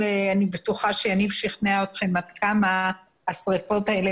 בטוחה שיניב שכנע אתכם עד כמה השריפות האלה